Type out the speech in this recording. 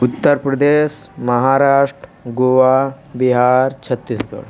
Uttar Pradesh Maharashtra Goa Bihar Chhattisgarh